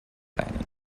planning